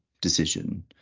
decision